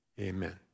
amen